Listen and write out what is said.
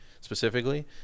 specifically